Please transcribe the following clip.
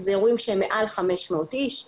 שאלה אירועים שהם מעל 500 אנשים,